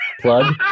Plug